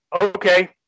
okay